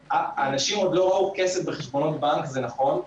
האנשים עוד לא ראו כסף בחשבונות בנק זה נכון,